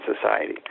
society